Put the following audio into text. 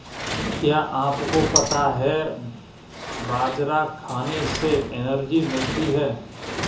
क्या आपको पता है बाजरा खाने से एनर्जी मिलती है?